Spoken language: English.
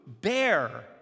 bear